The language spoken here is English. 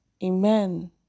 Amen